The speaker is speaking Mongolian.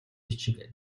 бичиг